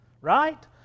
right